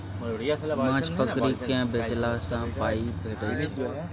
माछ पकरि केँ बेचला सँ पाइ भेटै छै